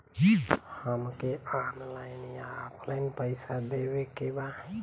हमके ऑनलाइन या ऑफलाइन पैसा देवे के बा?